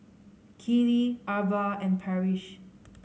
Keeley Arba and Parrish